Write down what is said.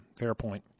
Fairpoint